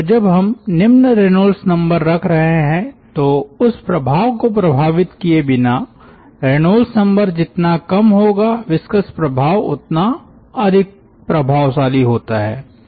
तो जब हम निम्न रेनॉल्ड्स नंबर रख रहे हैं तो उस प्रभाव को प्रभावित किये बिना रेनॉल्ड्स नंबर जितना कम होगा विस्कस प्रभाव उतना अधिक प्रभावशाली होता हैं